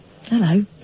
Hello